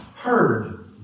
heard